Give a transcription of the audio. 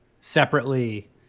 separately